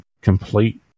complete